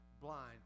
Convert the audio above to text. blind